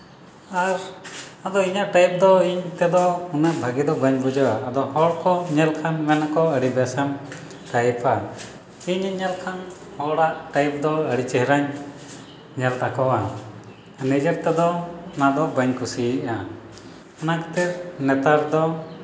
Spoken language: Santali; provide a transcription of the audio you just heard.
ᱟᱨ ᱟᱫᱚ ᱤᱧᱟᱹᱜ ᱴᱟᱭᱤᱯ ᱫᱚ ᱤᱧ ᱛᱮᱫᱚ ᱩᱱᱟᱹᱜ ᱵᱷᱟᱹᱜᱤ ᱫᱚ ᱵᱟᱹᱧ ᱵᱩᱡᱷᱟᱹᱣᱟ ᱦᱚᱲ ᱠᱚ ᱧᱮᱞ ᱠᱷᱟᱱ ᱢᱮᱱᱟ ᱠᱚ ᱟᱹᱰᱤ ᱵᱮᱥᱮᱢ ᱴᱟᱭᱤᱯᱟ ᱤᱧ ᱧᱮᱞ ᱠᱷᱟᱱ ᱦᱚᱲᱟᱜ ᱴᱟᱭᱤᱯ ᱫᱚ ᱟᱹᱰᱤ ᱪᱮᱦᱨᱟᱧ ᱧᱮᱞ ᱛᱟᱠᱚᱣᱟ ᱱᱤᱡᱮᱨ ᱛᱮᱫᱚ ᱚᱱᱟ ᱫᱚ ᱵᱟᱹᱧ ᱠᱩᱥᱤᱭᱟᱜᱼᱟ ᱚᱱᱟ ᱠᱷᱟᱹᱛᱤᱨ ᱱᱮᱛᱟᱨ ᱫᱚ